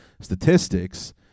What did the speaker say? statistics –